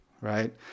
right